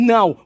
Now